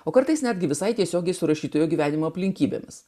o kartais netgi visai tiesiogiai su rašytojo gyvenimo aplinkybėmis